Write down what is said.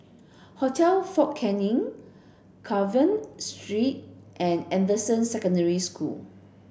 Hotel Fort Canning Carver Street and Anderson Secondary School